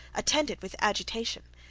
attended with agitation,